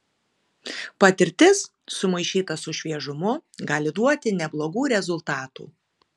patirtis sumaišyta su šviežumu gali duoti neblogų rezultatų